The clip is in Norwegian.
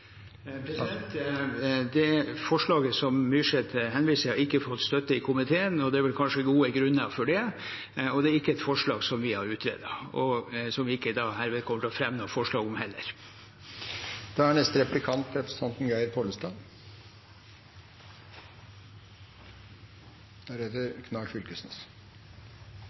Det forslaget som representanten Myrseth henviser til, har ikke fått støtte i komiteen, og det er vel kanskje gode grunner til det. Det er ikke et forslag som vi har utredet, og heller ikke et forslag som vi kommer til å fremme.